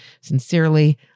Sincerely